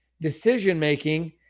decision-making